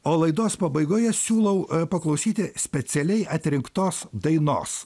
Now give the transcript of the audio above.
o laidos pabaigoje siūlau paklausyti specialiai atrinktos dainos